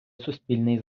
суспільний